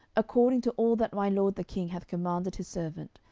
according to all that my lord the king hath commanded his servant,